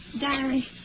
Diary